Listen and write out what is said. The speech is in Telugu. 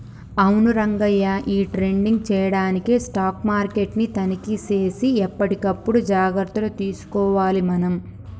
అవును రంగయ్య ఈ ట్రేడింగ్ చేయడానికి స్టాక్ మార్కెట్ ని తనిఖీ సేసి ఎప్పటికప్పుడు జాగ్రత్తలు తీసుకోవాలి మనం